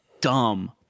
dumb